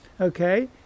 okay